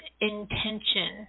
intention